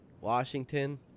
Washington